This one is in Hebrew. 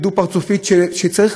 וזה